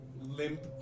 limp